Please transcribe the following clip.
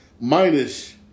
Minus